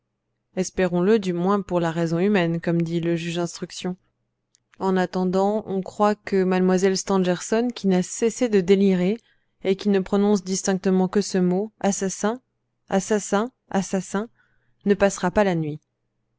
espérons-le du moins pour la raison humaine comme dit le juge d'instruction en attendant on croit que mlle stangerson qui n'a cessé de délirer et qui ne prononce distinctement que ce mot assassin assassin assassin ne passera pas la nuit